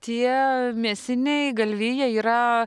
tie mėsiniai galvijai yra